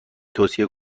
توصیه